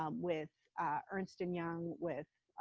um with ernst and young, with